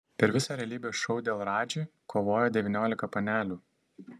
per visą realybės šou dėl radži kovojo devyniolika panelių